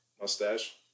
Mustache